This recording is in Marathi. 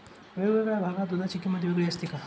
वेगवेगळ्या भागात दूधाची किंमत वेगळी असते का?